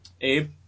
Abe